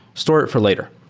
store it for later,